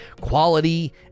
quality